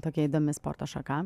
tokia įdomi sporto šaka